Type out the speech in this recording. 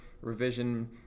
revision